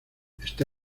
está